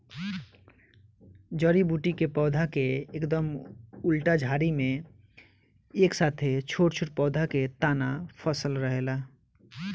जड़ी बूटी के पौधा के एकदम उल्टा झाड़ी में एक साथे छोट छोट पौधा के तना फसल रहेला